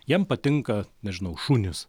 jiem patinka nežinau šunys